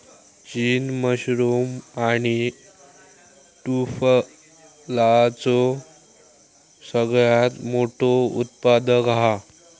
चीन मशरूम आणि टुफलाचो सगळ्यात मोठो उत्पादक हा